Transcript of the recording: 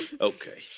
Okay